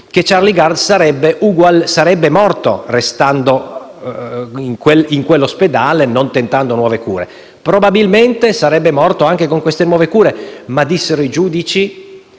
che Charlie Gard sarebbe morto restando in quell'ospedale, non tentando nuove cure. Probabilmente, sarebbe morto anche con queste nuove cure ma i giudici